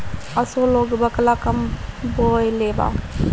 असो लोग बकला कम बोअलेबा